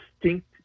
distinct